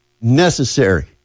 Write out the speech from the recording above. necessary